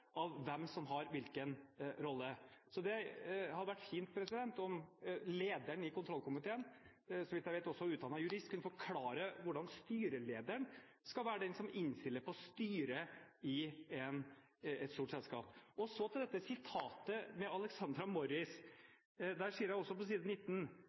av hvem som har hvilken rolle. Det hadde vært fint om lederen i kontrollkomiteen – som så vidt jeg vet også er utdannet jurist – kan forklare hvordan styrelederen skal være den som innstiller på styre i et stort selskap. Så til dette Alexandra Morris-sitatet. Hun sier på side 19: